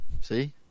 See